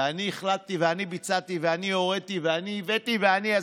ו"אני החלטתי" ו"אני ביצעתי" ו"אני הוריתי" ו"אני הבאתי" ו"אני עשיתי".